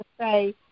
say